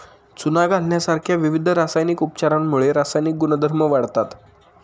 चुना घालण्यासारख्या विविध रासायनिक उपचारांमुळे रासायनिक गुणधर्म वाढतात